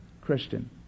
Christian